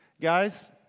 Guys